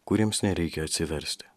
kuriems nereikia atsiversti